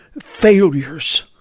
failures